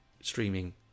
streaming